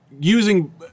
Using